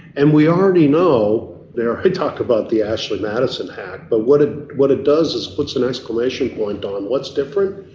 and we already know, dare i talk about the ashley madison hack, but what ah what it does is put an exclamation point on what's different.